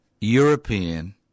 European